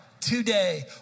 today